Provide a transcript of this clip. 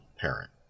parent